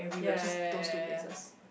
ya ya ya ya ya